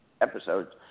episodes